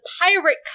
pirate